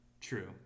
True